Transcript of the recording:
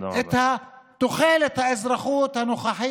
תודה רבה.